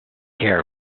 care